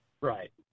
Right